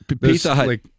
Pizza